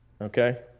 okay